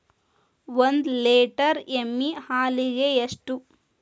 ಒಂದು ಲೇಟರ್ ಎಮ್ಮಿ ಹಾಲಿಗೆ ಎಷ್ಟು?